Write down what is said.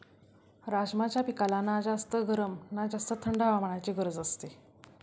राजमाच्या पिकाला ना जास्त गरम ना जास्त थंड हवामानाची गरज असते